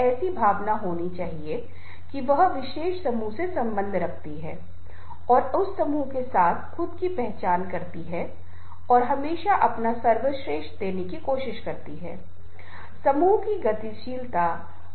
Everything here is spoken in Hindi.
इसलिए वह उनसे हर तरह का समर्थन प्राप्त कर रहा है और सदस्यों को परिणाम से खुश कर रहा है क्योंकि एक बार अच्छे माहौल अच्छे संबंध अच्छे संचार के बाद निश्चित रूप से यह एक सुखद अंत के साथ आएगा जो समूह के सदस्यों के बीच व्यक्तिगत संबंध बनाए रखेगा